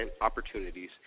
opportunities